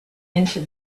into